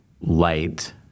light